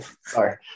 Sorry